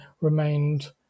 remained